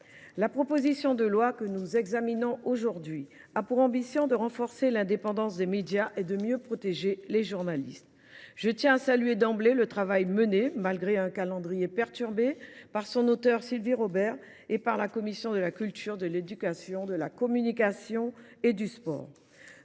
la proposition de loi que nous examinons aujourd’hui a pour ambition de renforcer l’indépendance des médias et de mieux protéger les journalistes. Je tiens à saluer d’emblée le travail mené, malgré un calendrier perturbé, par son auteure, Sylvie Robert, et par la commission de la culture, de l’éducation, de la communication et du sport.